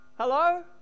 hello